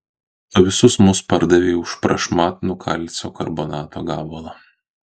tu visus mus pardavei už prašmatnų kalcio karbonato gabalą